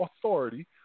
Authority